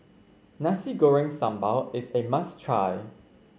Nasi Goreng Sambal is a must try